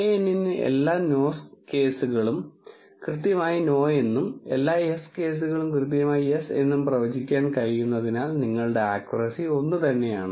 knn ന് എല്ലാ no കേസുകളും കൃത്യമായി നോ എന്നും എല്ലാ യെസ് കേസുകളും കൃത്യമായി യെസ് എന്നും പ്രവചിക്കാൻ കഴിയുന്നതിനാൽ നിങ്ങളുടെ അക്ക്യൂറസി 1 തന്നെയാണ്